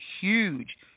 huge